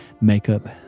makeup